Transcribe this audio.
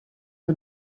que